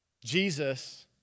Jesus